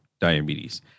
diabetes